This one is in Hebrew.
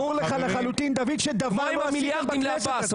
דוד, ברור לך לחלוטין שדבר לא תרמתם לכנסת הזאת.